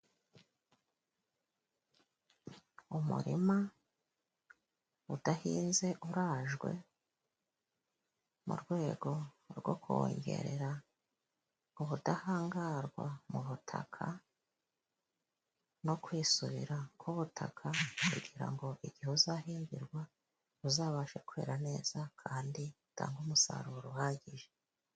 Umurima udahinze urajwe mu rwego rwo kuwongerera ubudahangarwa mu butaka, no kwisubira k'ubutaka kugira ngo igihe uzahingirwa uzabashe kwera neza kandi utange umusaruro uhagije.